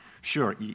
sure